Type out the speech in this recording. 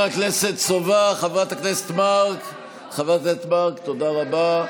השרה רגב, תודה רבה.